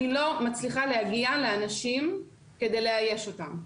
אני לא מצליחה להגיע לאנשים כדי לאייש אותם.